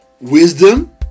Wisdom